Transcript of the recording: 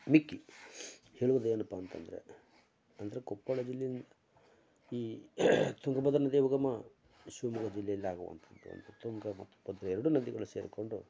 ಮಿಕ್ಕಿ ಹೇಳುವುದೇನಪ್ಪ ಅಂತಂದರೆ ಅಂದರೆ ಕೊಪ್ಪಳ ಜಿಲ್ಲೆನ ಈ ತುಂಗಭದ್ರಾ ನದಿಯ ಉಗಮ ಶಿವಮೊಗ್ಗ ಜಿಲ್ಲೆಯಲ್ಲಿ ಆಗುವಂಥದ್ದಂತ ತುಂಗಾ ಮತ್ತು ಭದ್ರೆ ಎರಡೂ ನದಿಗಳು ಸೇರಿಕೊಂಡು